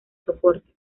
soporte